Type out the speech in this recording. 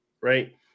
right